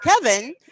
Kevin